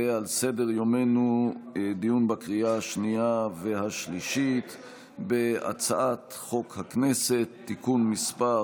ועל סדר-יומנו דיון בקריאה השנייה והשלישית בהצעת חוק הכנסת (תיקון מס'